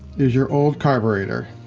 is your old carburetor.